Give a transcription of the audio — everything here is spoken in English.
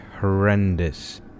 horrendous